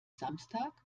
samstag